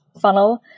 funnel